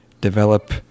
develop